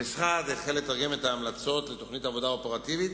המשרד החל לתרגם את ההמלצות לתוכנית עבודה אופרטיבית,